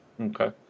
Okay